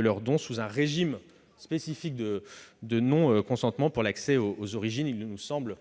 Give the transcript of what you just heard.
leur don sous un régime spécifique de non-consentement pour l'accès aux origines. Pour